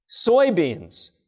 soybeans